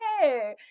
hey